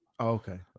okay